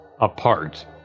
apart